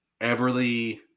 Everly